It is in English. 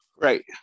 Right